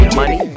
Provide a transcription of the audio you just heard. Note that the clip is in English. money